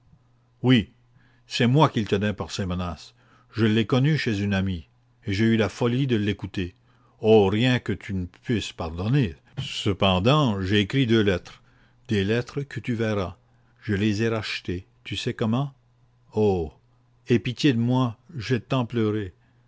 oui c'est moi qu'il tenait par ses menaces je l'ai connu chez une amie et j'ai eu la folie de l'écouter oh rien que tu ne puisses pardonner cependant j'ai écrit deux lettres des lettres que tu verras je les ai rachetées tu sais comment oh aie pitié de moi j'ai tant pleuré